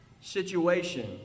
situation